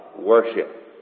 worship